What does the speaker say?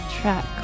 track